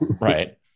Right